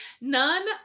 None